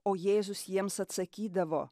o jėzus jiems atsakydavo